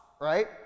right